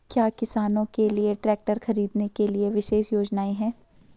क्या किसानों के लिए ट्रैक्टर खरीदने के लिए विशेष योजनाएं हैं?